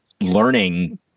learning